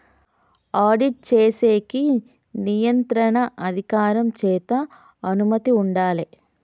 audit చేసేకి నియంత్రణ అధికారం చేత అనుమతి ఉండాలే